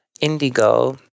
Indigo